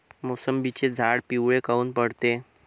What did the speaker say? मोसंबीचे झाडं पिवळे काऊन पडते?